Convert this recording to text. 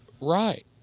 Right